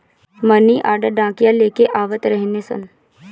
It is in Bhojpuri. मनी आर्डर डाकिया लेके आवत रहने सन